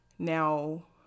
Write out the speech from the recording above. Now